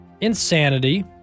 insanity